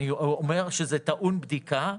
אני אומר שזה טעון בדיקה.